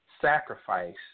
sacrifice